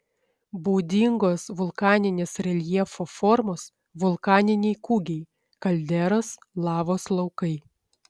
būdingos vulkaninės reljefo formos vulkaniniai kūgiai kalderos lavos laukai